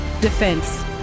defense